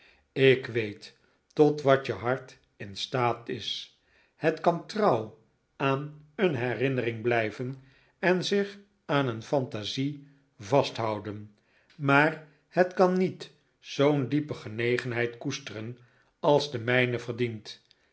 ik weet tot wat je hart in staat is het kan trouw aan een herinnering blijven en zich aan een fantasie vasthouden maar het kan niet zoo'n diepe genegenheid koesteren als de mijne verdient